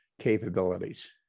capabilities